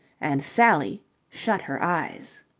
and sally shut her eyes.